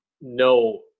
no